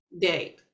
date